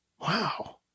Wow